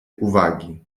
uwagi